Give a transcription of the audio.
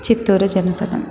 चित्तूरुजनपदं